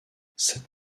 cette